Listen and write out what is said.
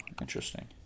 interesting